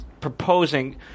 proposing